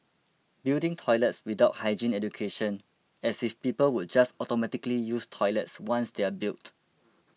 building toilets without hygiene education as if people would just automatically use toilets once they're built